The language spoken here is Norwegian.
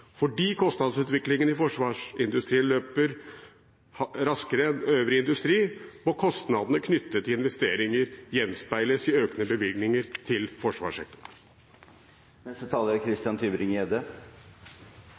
Fordi kostnadsutviklingen i forsvarsindustrien løper raskere enn i øvrig industri, må kostnadene knyttet til investeringer gjenspeiles i økte bevilgninger til forsvarssektoren.